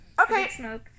Okay